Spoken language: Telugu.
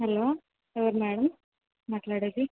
హలో ఎవరు మేడం మాట్లాడేది